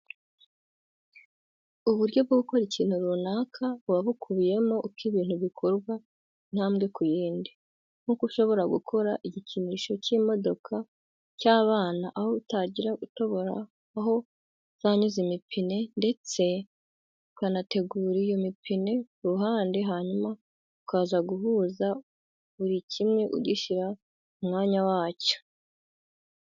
Uburyo bwo gukora ikintu runaka buba bukubiyemo uko ibintu bikorwa intambwe ku yindi. Nkuko ushobora gukora igikinisho cy'imodoka cy'abana aho utangira utobora aho uzanyuza imipine ndetse ukanategura iyo mipine ku ruhande hanyuma ukaza guhuza buri kimwe ugishyira mu mwanya wacyo.